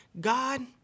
God